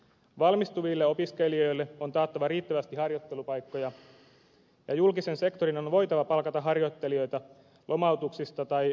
valmistuville opiskelijoille on taattava riittävästi harjoittelupaikkoja ja julkisen sektorin on voitava palkata harjoittelijoita lomautuksista tai yt neuvottelutilanteesta riippumatta